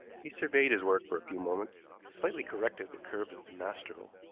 he surveyed his work for a few moments, slightly corrected the curve of the nostril,